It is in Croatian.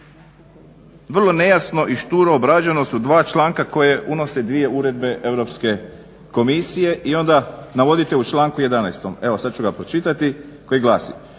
Vrlo jasno i šturo su obrađena dva članka koje unose dvije uredbe EU komisije i onda navodite u članku 11.evo sada ću ga pročitati koji glasi